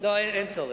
אין צורך.